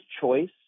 choice